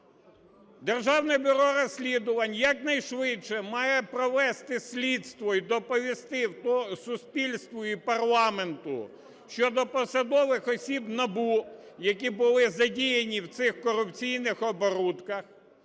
Державне бюро розслідувань якнайшвидше має провести слідство й доповісти суспільству і парламенту щодо посадових осіб НАБУ, які були задіяні в цих корупційних оборудках,